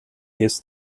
his